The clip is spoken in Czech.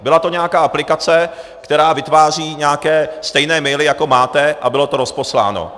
Byla to nějaká aplikace, která vytváří nějaké stejné maily, jako máte, a bylo to rozposláno.